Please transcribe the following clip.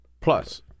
Plus